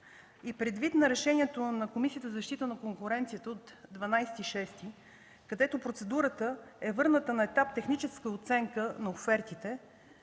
и предвид решението на Комисията за защита на конкуренцията от 12 юни, където процедурата е върната на етап „Техническа оценка на офертите”,